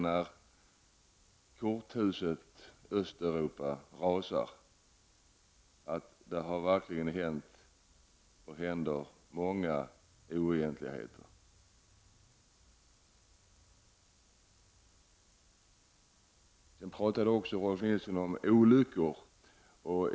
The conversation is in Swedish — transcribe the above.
När korthuset Östeuropa nu rasar kan vi se att det där verkligen har hänt och händer många oegentligheter. Rolf L Nilson talade också om olyckor.